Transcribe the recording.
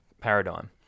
paradigm